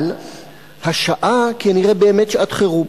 אבל השעה כנראה באמת שעת חירום.